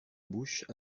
bouche